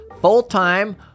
full-time